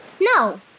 No